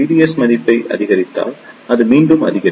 S மதிப்பை அதிகரித்தால் அது மீண்டும் அதிகரிக்கும்